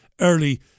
early